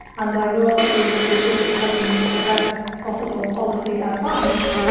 and their role is to give the president the best possible policy advice.